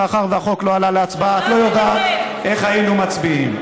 מאחר שהחוק לא עלה להצבעה את לא יודעת איך היינו מצביעים.